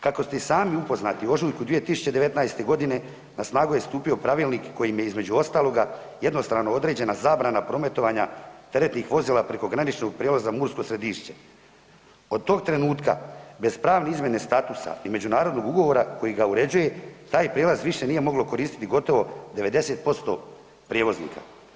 Kako ste i sami upoznati u ožujku 2019. godine na snagu je stupio pravilnik kojim je između ostaloga jednostrano određena zabrana prometovanja teretnih vozila preko graničnog prijelaza Mursko Središće, od tog trenutka bez pravne izmjene statusa i međunarodnog ugovora koji ga uređuje taj prijelaz više nije moglo koristiti gotovo 90% prijevoznika.